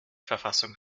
verfassung